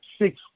Six